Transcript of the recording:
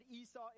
Esau